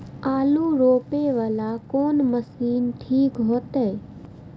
आलू रोपे वाला कोन मशीन ठीक होते?